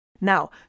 Now